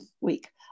Week